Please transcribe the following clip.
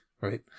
Right